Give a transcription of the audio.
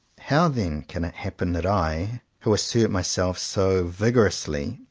how then can it happen that i, who assert myself so vigorously,